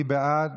מי בעד?